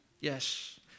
Yes